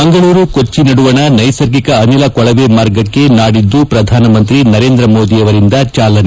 ಮಂಗಳೂರು ಕೊಚ್ಚಿ ನಡುವಣ ನೈಸರ್ಗಿಕ ಅನಿಲ ಕೊಳವೆ ಮಾರ್ಗಕ್ಕೆ ನಾಡಿದ್ದು ಪ್ರಧಾನಮಂತ್ರಿ ನರೇಂದ್ರ ಮೋದಿ ಚಾಲನೆ